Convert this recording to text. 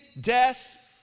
death